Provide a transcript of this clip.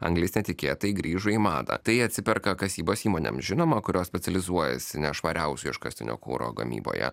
anglis netikėtai grįžo į madą tai atsiperka kasybos įmonėms žinoma kurios specializuojasi nešvariausio iškastinio kuro gamyboje